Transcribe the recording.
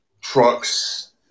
trucks